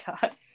God